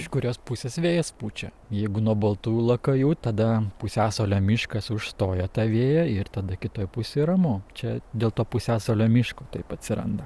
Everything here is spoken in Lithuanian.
iš kurios pusės vėjas pučia jeigu nuo baltųjų lakajų tada pusiasalio miškas užstoja tą vėją ir tada kitoj pusėj ramu čia dėl to pusiasalio miško taip atsiranda